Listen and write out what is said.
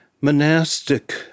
monastic